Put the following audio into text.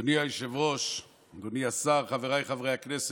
אדוני היושב-ראש, אדוני השר, חבריי חברי הכנסת,